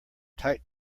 tight